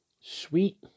Sweet